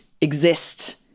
exist